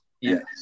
Yes